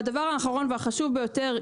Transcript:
והדבר האחרון והחשוב ביותר,